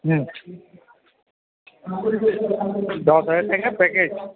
দশ হাজার টাকার প্যাকেজ